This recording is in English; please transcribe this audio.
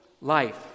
life